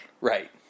Right